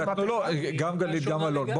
גם גלית וגם אלון.